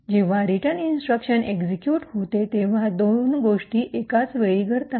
जेव्हा return instruction execute होते तेव्हा दोन गोष्टी एकाच वेळी घडतात